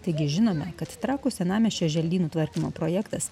taigi žinome kad trakų senamiesčio želdynų tvarkymo projektas